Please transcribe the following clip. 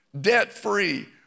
debt-free